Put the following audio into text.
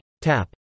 tap